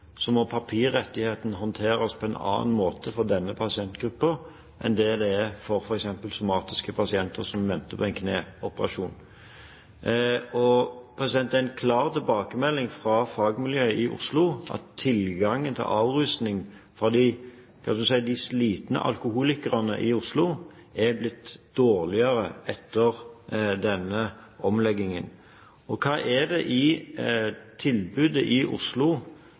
må papirrettigheten håndteres på en annen måte for denne pasientgruppen enn for f.eks. somatiske pasienter som venter på en kneoperasjon. Det er en klar tilbakemelding fra fagmiljøet i Oslo om at tilgangen på avrusning for de slitne alkoholikerne i Oslo er blitt dårligere etter denne omleggingen. Hva er det i pasientgrunnlaget i Oslo